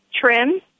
trim